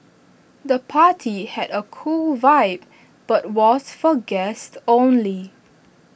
the party had A cool vibe but was for guests only